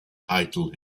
title